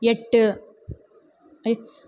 எட்டு எட்